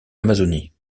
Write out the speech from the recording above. amazonie